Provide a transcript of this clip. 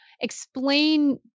Explain